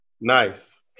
Nice